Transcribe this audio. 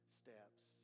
steps